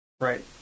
right